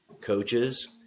coaches